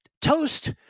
Toast